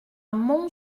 mont